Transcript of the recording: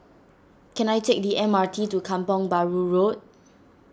can I take the M R T to Kampong Bahru Road